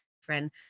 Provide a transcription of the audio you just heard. friend